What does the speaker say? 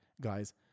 guys